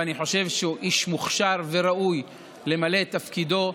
ואני חושב שהוא איש מוכשר וראוי למלא את תפקידו.